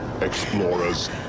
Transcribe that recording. explorers